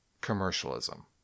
Commercialism